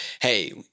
hey